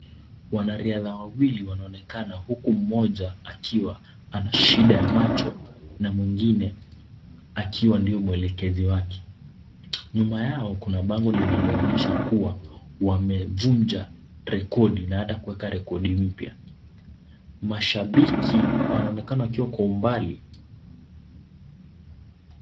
Wanariadha wawili wanaonekana, huku mmoja akiwa, ana shida ya macho, na mwingine, akiwa ndio mwelekezi wake, nyuma yao kuna bango linalo onyesha kuwa, wamevunja, rekodi, na hata kueka rekodi mpya, mashabiki, wanaonekana wakiwa kwa umbali.